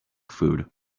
food